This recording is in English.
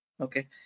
Okay